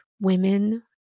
women